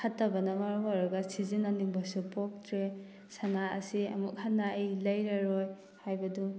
ꯐꯠꯇꯕꯅ ꯃꯔꯝ ꯑꯣꯏꯔꯒ ꯁꯤꯖꯤꯟꯅꯅꯤꯡꯕꯁꯨ ꯄꯣꯛꯇ꯭ꯔꯦ ꯁꯅꯥ ꯑꯁꯤ ꯑꯃꯨꯛ ꯍꯟꯅ ꯑꯩ ꯂꯩꯔꯔꯣꯏ ꯍꯥꯏꯕꯗꯨ